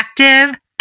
Active